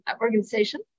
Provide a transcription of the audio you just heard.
organization